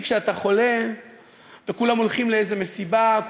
כי אתה חולה וכולם הולכים לאיזו מסיבה,